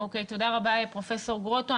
תודה רבה, פרופ' גרוטו.